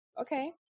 Okay